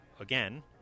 again